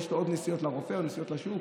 ויש לו עוד נסיעות לרופא או נסיעות לשוק,